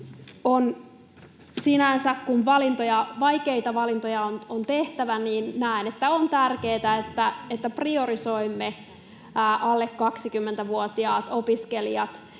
kun vaikeita valintoja on tehtävä, näen, että on tärkeätä, että priorisoimme alle 20-vuotiaita opiskelijoita.